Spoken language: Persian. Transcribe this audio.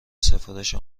سفارش